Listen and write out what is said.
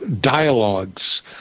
dialogues